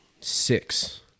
six